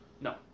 No